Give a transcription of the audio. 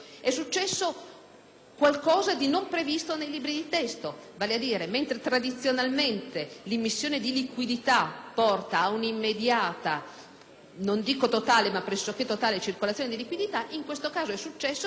qualcosa di non previsto nei libri di testo, vale a dire che, mentre tradizionalmente l'immissione di liquidità porta ad un'immediata, non dico totale, ma pressoché totale, circolazione di liquidità, in questo caso si è verificato